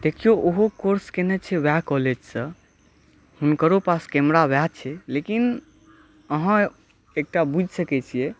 देखियौ ओहो कोर्स कयने छै वएह कॉलेजसँ हुनकरो पास कैमरा वएह छै लेकिन अहाँ एकटा बुझि सकै छियै